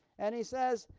and he says